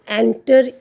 enter